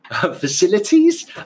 facilities